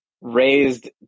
raised